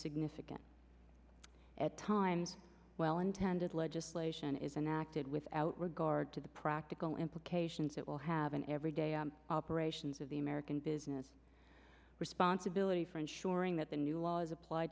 significant at times well intended legislation isn't acted without regard to the practical implications it will have in every day operations of the american business responsibility for ensuring that the new law is appl